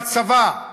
בצבא,